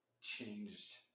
changed